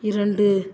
இரண்டு